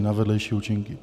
na vedlejší účinky?